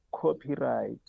copyright